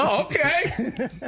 Okay